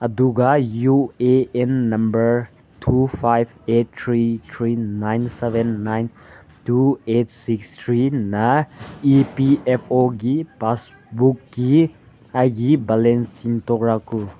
ꯑꯗꯨꯒ U A N number two five eight three three nine seven nine two eight six ꯊ꯭ꯔꯤꯅ E P F ꯑꯣꯒꯤ ꯄꯥꯁꯕꯨꯛꯀꯤ ꯑꯩꯒꯤ balance ꯆꯤꯡꯊꯣꯛꯂꯛꯎ